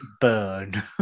burn